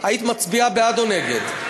היית מצביעה בעד או נגד?